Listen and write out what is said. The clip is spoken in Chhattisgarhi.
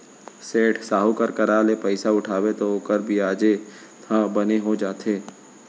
सेठ, साहूकार करा ले पइसा उठाबे तौ ओकर बियाजे ह बने हो जाथे